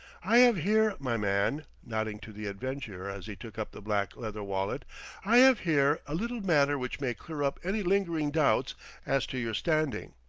i have here, my man, nodding to the adventurer as he took up the black leather wallet i have here a little matter which may clear up any lingering doubts as to your standing,